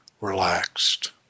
relaxed